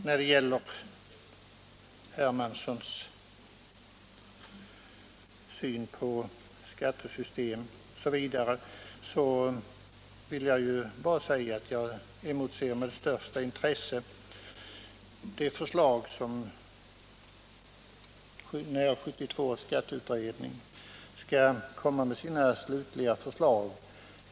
När det gäller herr Hermanssons syn på skattesystemet vill jag bara säga att jag med största intresse emotser att 1972 års skatteutredning skall komma med sitt slutliga förslag.